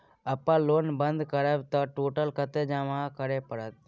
अपन लोन बंद करब त टोटल कत्ते जमा करे परत?